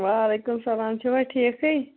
وعلیکُم سَلام چھِوا ٹھیٖکھٕے